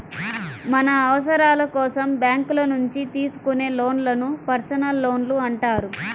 మన అవసరాల కోసం బ్యేంకుల నుంచి తీసుకునే లోన్లను పర్సనల్ లోన్లు అంటారు